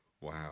Wow